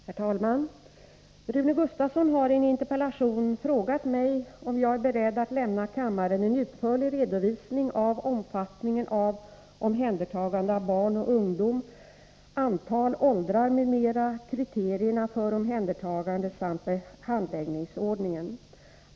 Herr talman! Rune Gustavsson har i en interpellation frågat mig om jag är Om omhändertaberedd att lämna kammaren en utförlig redovisning av omfattningen av ganden av barn och omhändertaganden av barn och ungdom — antal, åldrar m.m. —, kriterierna ungdom för omhändertaganden samt handläggningsordningen.